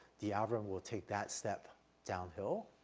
the algorithm will take that step downhill,